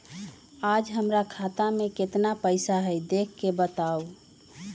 आज हमरा खाता में केतना पैसा हई देख के बताउ?